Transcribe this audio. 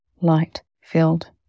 light-filled